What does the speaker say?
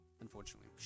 unfortunately